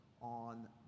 on